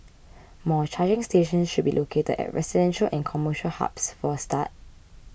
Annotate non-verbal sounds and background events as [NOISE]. [NOISE] more charging stations should be located at residential and commercial hubs for a start